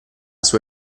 sua